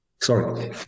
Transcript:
Sorry